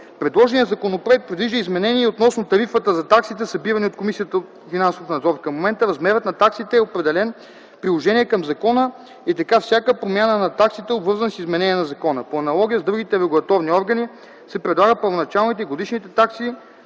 Предложеният законопроект предвижда изменение и относно тарифата за таксите, събирани от Комисията за финансов надзор. Към момента размерът на таксите е определен в приложение към закона и така всяка промяна на таксите е обвързана с изменение на закона. По аналогия с другите регулаторни органи се предлага първоначалните и годишните такси,